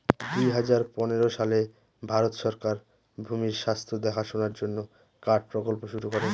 দুই হাজার পনেরো সালে ভারত সরকার ভূমির স্বাস্থ্য দেখাশোনার জন্য কার্ড প্রকল্প শুরু করে